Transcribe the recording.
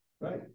Right